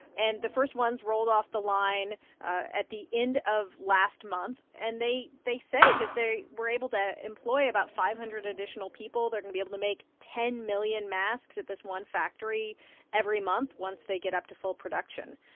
and the first ones rolled off the line at the end of last month, and they they say that they were able to employ about five hundred additional people. they're going to be able to make ten million masks at this one factory every month once they get up to full production.